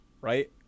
right